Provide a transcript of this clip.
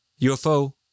UFO